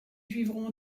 vivront